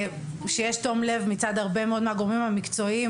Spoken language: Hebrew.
שיש תום לב מצד הרבה מאוד מהגורמים המקצועיים,